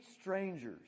strangers